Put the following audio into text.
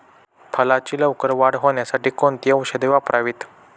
फळाची लवकर वाढ होण्यासाठी कोणती औषधे वापरावीत?